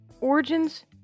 origins